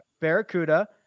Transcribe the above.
Barracuda